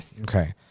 Okay